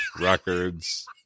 records